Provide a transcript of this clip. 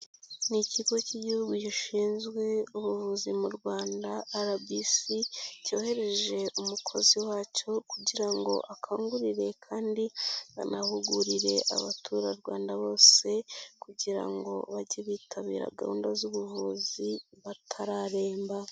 Ni Ikigo cy'igihugu gishinzwe ubuvuzi mu rwanda, RBC, cyoheje umukozi wacyo kugira ngo akangurire kandi anahugurire Abaturarwanda bose kugira ngo bajye bitabira gahunda z'ubuvuzi batararemba.